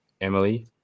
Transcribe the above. Emily